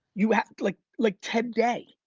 you have like like today.